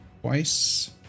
twice